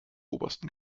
obersten